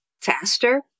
faster